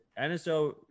NSO